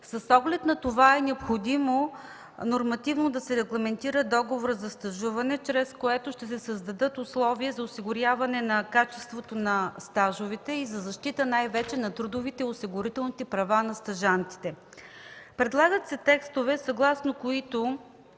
С оглед на това е необходимо нормативно да се регламентира договорът за стажуване, чрез което ще се създадат условия за осигуряване на качеството на стажовете и за защита най-вече на трудовите и осигурителните права на стажантите. Предлагат се текстове, съгласно които